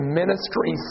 ministry